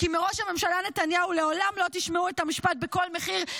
כי מראש הממשלה נתניהו לעולם לא תשמעו את המשפט: בכל מחיר,